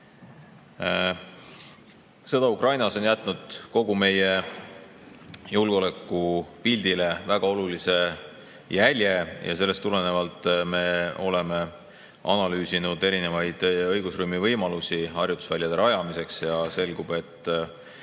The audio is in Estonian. Sõda Ukrainas on jätnud kogu meie julgeolekupildile väga olulise jälje ja sellest tulenevalt me oleme analüüsinud erinevaid õigusruumi võimalusi harjutusväljade rajamiseks. Ja selgub, et